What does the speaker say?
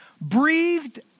breathed